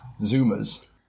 Zoomers